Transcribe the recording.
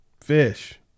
Fish